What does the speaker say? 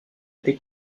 été